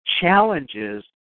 challenges